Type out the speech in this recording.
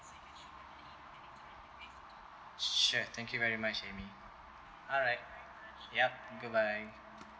sure thank you very much amy alright yup good bye